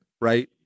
right